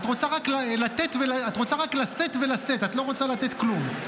את רוצה רק לשאת ולשאת, את לא רוצה לתת כלום.